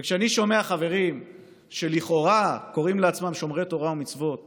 וכשאני שומע חברים שלכאורה קוראים לעצמם שומרי תורה ומצוות